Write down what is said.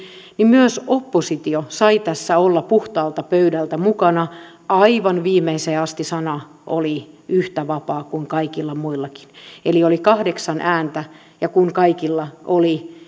niin myös oppositio sai tässä olla puhtaalta pöydältä mukana aivan viimeiseen asti sana oli yhtä vapaa kuin kaikilla muillakin eli oli kahdeksan ääntä ja kun kaikilla oli